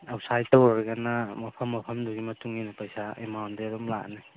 ꯑꯥꯎꯠꯁꯥꯏꯠꯇ ꯑꯣꯏꯔꯒꯅ ꯃꯐꯝ ꯃꯐꯝꯗꯨꯒꯤ ꯃꯇꯨꯡ ꯏꯟꯅ ꯄꯩꯁꯥ ꯑꯦꯃꯥꯎꯟꯗꯤ ꯑꯗꯨꯝ ꯂꯥꯛꯑꯅꯤ